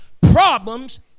problems